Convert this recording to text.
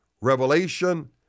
revelation